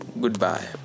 Goodbye